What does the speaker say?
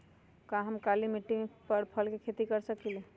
का हम काली मिट्टी पर फल के खेती कर सकिले?